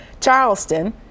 Charleston